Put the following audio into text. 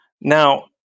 now